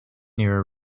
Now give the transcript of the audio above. near